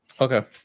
Okay